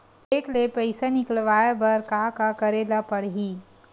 Cheque ले पईसा निकलवाय बर का का करे ल पड़हि?